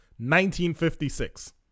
1956